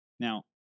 Now